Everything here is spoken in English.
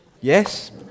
Yes